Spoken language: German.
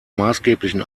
maßgeblichen